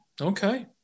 okay